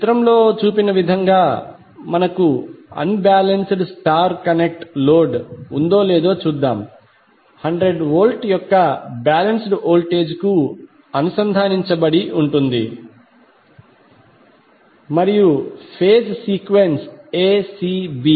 చిత్రంలో చూపిన విధంగా మనకు unbalanced star connect load ఉందో లేదో చూద్దాం 100 V యొక్క బాలెన్స్డ్ వోల్టేజ్కు అనుసంధానించబడి ఉంటుంది మరియు ఫేజ్ సీక్వెన్స్ acb